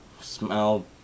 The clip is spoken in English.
smell